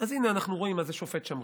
אז הינה, אנחנו רואים מה זה שופט שמרן,